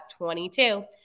22